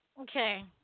okay